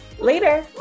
Later